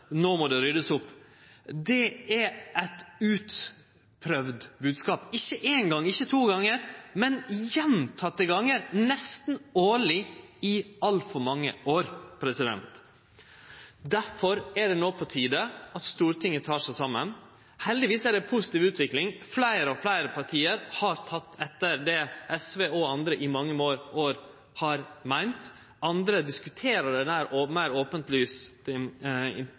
nå må det ryddast opp, er ein utprøvd bodskap – ikkje éin gong, ikkje to gonger, men gjentekne gonger, nesten årleg, i altfor mange år. Derfor er det no på tide at Stortinget tek seg saman. Heldigvis er det ei positiv utvikling: Fleire og fleire parti har teke etter det SV og andre i mange år har meint. Andre diskuterer